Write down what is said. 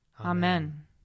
Amen